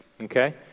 okay